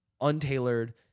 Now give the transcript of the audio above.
untailored